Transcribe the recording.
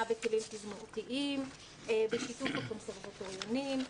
בכלים תזמורתיים בשיתוף הקונסרבטוריונים.